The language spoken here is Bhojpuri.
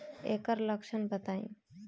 ऐकर लक्षण बताई?